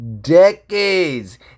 decades